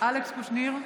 אלכס קושניר,